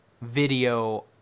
video